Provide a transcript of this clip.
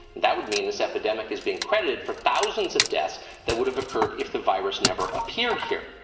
that would mean this epidemic is being credited for thousands of deaths that would have occurred if the virus never appeared here.